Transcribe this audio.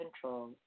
control